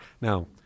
now